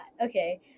okay